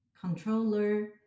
controller